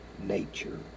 nature